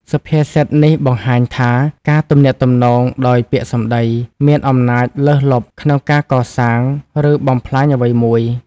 សុភាសិតនេះបង្ហាញថាការទំនាក់ទំនងដោយពាក្យសម្ដី មានអំណាចលើសលប់ក្នុងការកសាង ឬបំផ្លាញអ្វីមួយ។